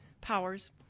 powers